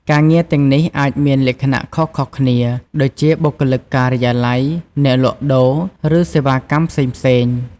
ការងារទាំងនេះអាចមានលក្ខណៈខុសៗគ្នា ដូចជាបុគ្គលិកការិយាល័យ អ្នកលក់ដូរ ឬសេវាកម្មផ្សេងៗ។